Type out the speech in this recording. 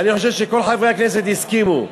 ואני חושב שכל חברי הכנסת הסכימו,